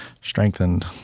Strengthened